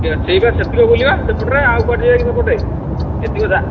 ଠିକ୍ ଅଛି ସେତିକ ବୁଲିବା ସେପଟରେ ଆଉ କୁଆଡ଼େ ଯିବାକି ସେପଟ ଏତିକ